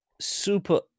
super